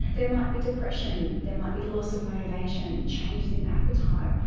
there might be depression, there might be loss of motivation, changes in appetite,